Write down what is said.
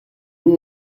vous